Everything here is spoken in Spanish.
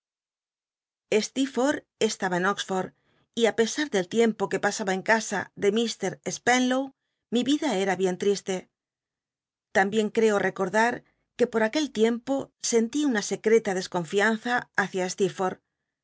stcerforth estaba en oxford y pesar del tiempo que pasaba en casa de l'lt spenlow mi vida era bien tl'istc tambien creo recordar que o nquel tiempo sentí una secreta desconfianza hacia stcetforth